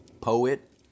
poet